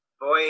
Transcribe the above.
Boy